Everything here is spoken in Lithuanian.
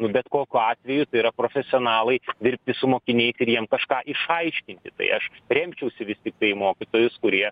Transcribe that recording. nu bet kokiu atveju tai yra profesionalai dirbti su mokiniais ir jiem kažką išaiškinti tai aš remčiausi vis tiktai į mokytojus kurie